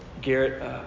Garrett